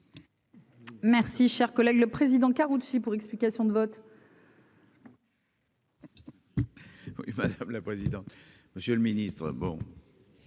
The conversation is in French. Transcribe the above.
Merci, cher collègue, le président Karoutchi pour explication de vote.